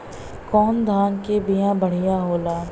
कौन धान के बिया बढ़ियां होला?